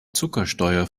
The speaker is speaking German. zuckersteuer